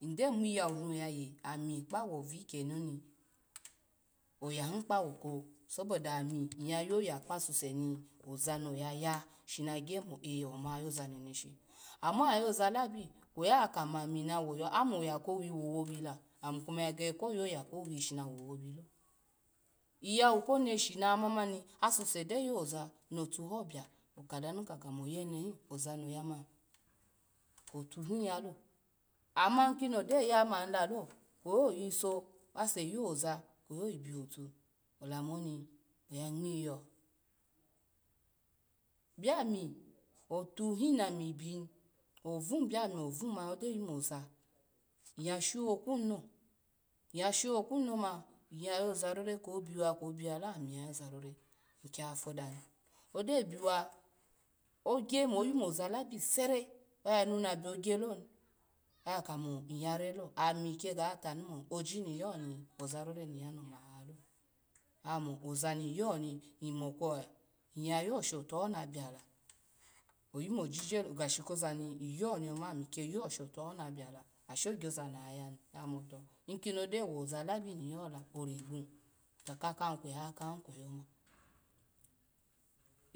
Nydomiyawu no yayeni ami kpawu vikyeni oni oya kaha ko so bo da nyya yoya kpa suseni zani yo shini nagya mo mm oyoza neneshi. ama ya oyo zalabi kweyi kamo ami na wu yahoo amo oya kowi ma wu wowi la ami kuma ya gege ko yoya kowi shini no wuwuilo. Iya wu ko neshi no ya ma mani asuse gyo yoza notuhobio adanu mo oyene hin ozano ya ma otuhi bia otuhi yalo ama ase o za kweyi oyi biwtu la moni oya ngmyiyo biome otuhi gboni ovumani ogyo yumoza nyya shokunu lo, nyya shokunu lo ma nyya yozarora kwo biwa kwo biwalo nykiyayoza roar weyi nykiya fo danu, gyo biwa agya mo yamo zalabi sere, oyanuna biw gya loni oya kamo nnya ralo ami kigata mo oyiniyo kpo zarora shora amo ozani yoni ny mo kwe, nyya yo shotuna biola oyu mobibelo gashi koza no yuni yuma, nyyo shotuhona biala gashi gashi kozan yoni yomanu ma yo shotuho na biala asho gyozano ya yani ikino gyo wu zalabi niyola regbo to kakahi kweyi akahi kweyi oma,